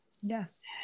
Yes